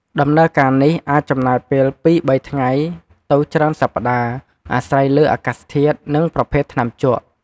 ដំណើរការនេះអាចចំណាយពេលពីរបីថ្ងៃទៅច្រើនសប្តាហ៍ អាស្រ័យលើអាកាសធាតុ និងប្រភេទថ្នាំជក់។